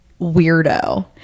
weirdo